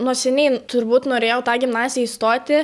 nuo seniai turbūt norėjau tą gimnaziją įstoti